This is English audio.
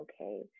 okay